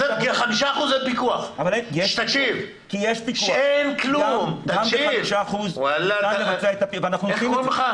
בחמישה אחוזים אין פיקוח יש פיקוח גם בחמישה אחוזים ואנחנו עושים את זה.